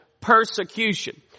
persecution